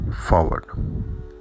forward